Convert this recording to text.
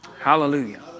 hallelujah